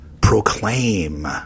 proclaim